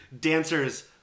Dancers